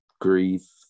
grief